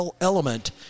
element